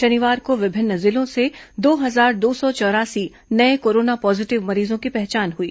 शनिवार को विभिन्न जिलों से दो हजार दो सौ चौरासी नये कोरोना पॉजिटिव मरीजों की पहचान हुई